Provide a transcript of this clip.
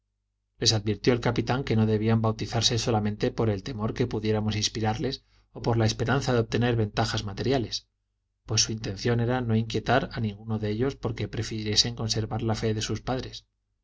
les advirtió el capitán que no debían bautizarse solamente por el temor que pudiéramos inspirarles o por la esperanza de obtener ventajas materiales pues su intención era no inquietar a ninguno de ellos porque prefiriese conservar la fe de sus padres